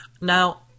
Now